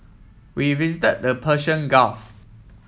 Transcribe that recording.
we visit the Persian Gulf